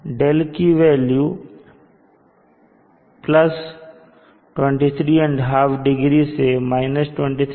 δ की वेल्यू 23½ से 23½ तक होती है